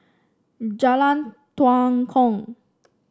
Jalan Tua Kong